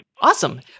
Awesome